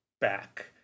back